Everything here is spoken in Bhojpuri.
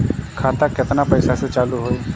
खाता केतना पैसा से चालु होई?